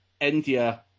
India